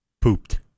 pooped